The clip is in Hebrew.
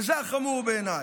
וזה החמור בעיניי.